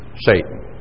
Satan